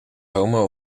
homo